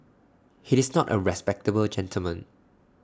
he is not A respectable gentleman